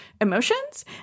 emotions